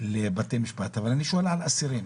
לבתי משפט אבל אני שואל על אסירים